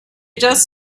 just